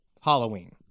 Halloween